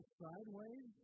sideways